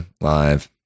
live